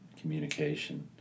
communication